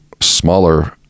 smaller